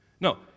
No